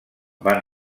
van